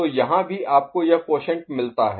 तो यहाँ भी आपको यह क्वॉशैंट मिलता है